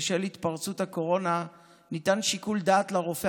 בשל התפרצות הקורונה ניתן שיקול דעת לרופא